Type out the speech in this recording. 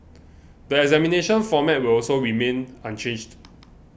the examination format will also remain unchanged